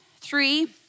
three